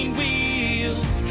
wheels